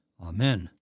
Amen